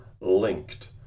linked